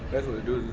that's what it do,